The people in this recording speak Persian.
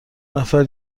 نفر